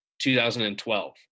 2012